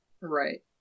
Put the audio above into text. Right